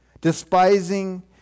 despising